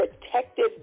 Protective